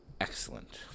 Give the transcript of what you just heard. excellent